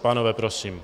Pánové prosím.